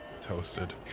Toasted